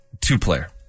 two-player